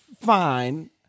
fine